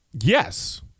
Yes